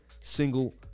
single